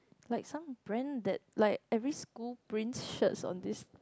like some brand that like every school prints shirts on this